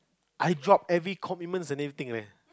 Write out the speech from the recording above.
I drop every commitment and everything leh